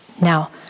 Now